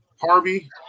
Harvey